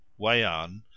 wayan